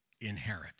inherit